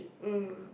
mm